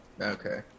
Okay